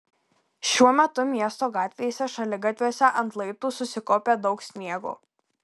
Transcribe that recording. šiuo metu miesto gatvėse šaligatviuose ant laiptų susikaupę daug sniego